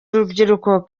urubyiruko